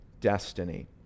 destiny